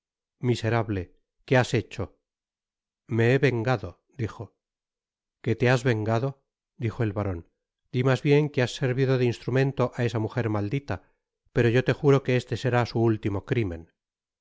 miserable qué has hecho me he vengado dijo qué te has vengado dijo el baron di mas bien que has servido de instrumento á esa mujer maldita pero yo te juro que este será su último crimen